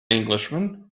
englishman